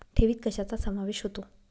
ठेवीत कशाचा समावेश होतो?